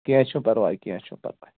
کیٚنٛہہ چھُنہٕ پرواے کیٚنٛہہ چھُنہٕ پرواے